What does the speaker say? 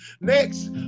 Next